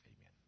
Amen